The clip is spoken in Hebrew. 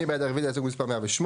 מי בעד רביזיה להסתייגות מספר 106?